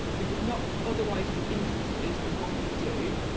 who would not otherwise be interested in what we do,